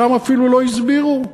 שם אפילו לא הסבירו.